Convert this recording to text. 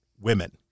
women